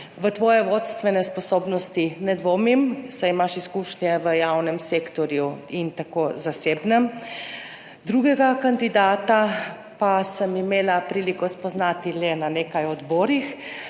V tvoje vodstvene sposobnosti ne dvomim, saj imaš izkušnje v javnem sektorju in tako zasebnem. Drugega kandidata pa sem imela priliko spoznati le na nekaj odborih.